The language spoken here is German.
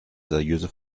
seriöse